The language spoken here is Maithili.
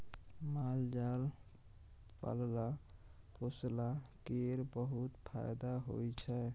माल जाल पालला पोसला केर बहुत फाएदा होइ छै